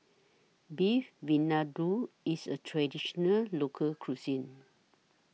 Beef Vindaloo IS A Traditional Local Cuisine